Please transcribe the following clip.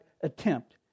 attempt